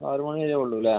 ആറ് മണി വരെയേ ഉള്ളൂ അല്ലേ